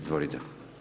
Izvolite.